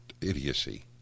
idiocy